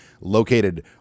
located